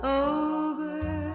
over